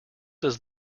does